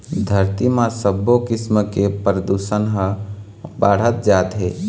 धरती म सबो किसम के परदूसन ह बाढ़त जात हे